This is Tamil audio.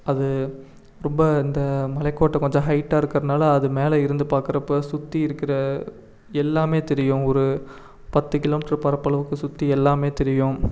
அது ரொம்ப இந்த மலைக்கோட்டை கொஞ்சம் ஹைட்டாக இருக்கிறனால அது மேலே இருந்து பாக்கிறப்ப சுற்றி இருக்கிற எல்லாமே தெரியும் ஒரு பத்து கிலோமீட்ரு பரப்பளவுக்கு சுற்றி எல்லாமே தெரியும்